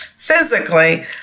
physically